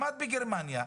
למד בגרמניה,